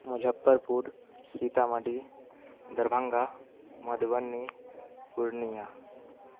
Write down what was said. Muzaffarpur Sitamarhi Darbhanga Madhubani Purnia